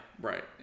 right